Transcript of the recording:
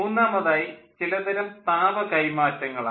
മൂന്നാമതായി ചിലതരം താപ കൈമാറ്റങ്ങളാണ്